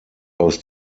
aus